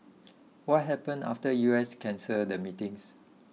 what happened after US cancelled the meetings